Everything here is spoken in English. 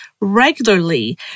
regularly